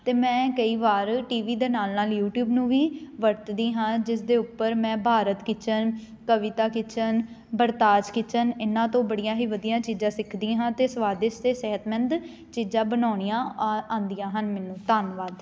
ਅਤੇ ਮੈਂ ਕਈ ਵਾਰ ਟੀ ਵੀ ਦੇ ਨਾਲ ਨਾਲ ਯੂਟਿਊਬ ਨੂੰ ਵੀ ਵਰਤਦੀ ਹਾਂ ਜਿਸ ਦੇ ਉੱਪਰ ਮੈਂ ਬਾਰਤ ਕਿਚਨ ਕਵਿਤਾ ਕਿਚਨ ਬਰਤਾਜ ਕਿਚਨ ਇਹਨਾਂ ਤੋਂ ਬੜੀਆਂ ਹੀ ਵਧੀਆ ਚੀਜ਼ਾਂ ਸਿੱਖਦੀ ਹਾਂ ਅਤੇ ਸਵਾਦਿਸ਼ਟ ਦੇ ਸਿਹਤਮੰਦ ਚੀਜ਼ਾਂ ਬਣਾਉਣੀਆਂ ਆ ਆਉਂਦੀਆਂ ਹਨ ਮੈਨੂੰ ਧੰਨਵਾਦ